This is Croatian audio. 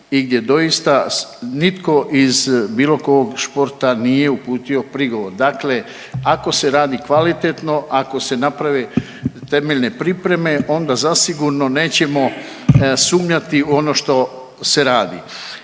i gdje doista itko iz bilo kog športa nije uputio prigovor. Dakle, ako se radi kvalitetno, ako se naprave temeljne pripreme onda zasigurno nećemo sumnjati u ono što se radi.